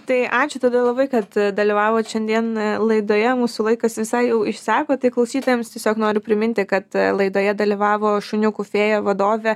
tai ačiū tada labai kad dalyvavot šiandien laidoje mūsų laikas visai jau išseko tai klausytojams tiesiog noriu priminti kad laidoje dalyvavo šuniukų fėja vadovė